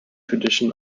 tradition